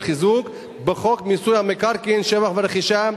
חיזוק בחוק מיסוי המקרקעין (שבח ורכישה),